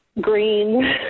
green